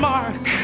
Mark